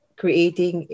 creating